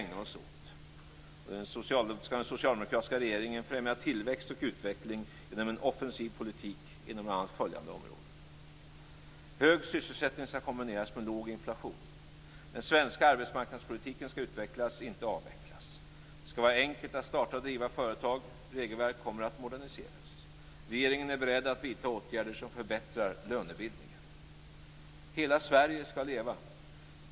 För det tredje: Den socialdemokratiska regeringen skall främja tillväxt och utveckling genom en offensiv politik inom bl.a. följande områden: Hög sysselsättning skall kombineras med låg inflation. Den svenska arbetsmarknadspolitiken skall utvecklas, inte avvecklas. Det skall vara enkelt att starta och driva företag. Regelverk kommer att moderniseras. Regeringen är beredd att vidta åtgärder som förbättrar lönebildningen. Hela Sverige skall leva.